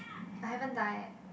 I haven't die eh